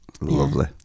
Lovely